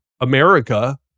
America